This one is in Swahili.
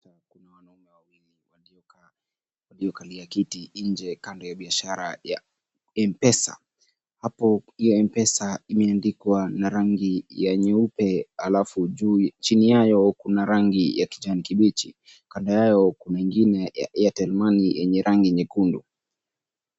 Hapa kuna wanaume wawili waliokalia kiti nje kando ya biashara ya M-Pesa. Hapo hiyo M-Pesa imeandikwa na rangi ya nyeupe alafu juu chini yayo kuna rangi ya kijani kibichi kando yayo kuna ingine ya Airtel Money yenye rangi nyekundu.